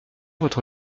votre